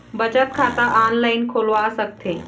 बचत खाता ऑनलाइन खोलवा सकथें?